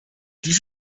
dies